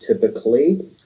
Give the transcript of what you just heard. typically